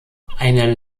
eine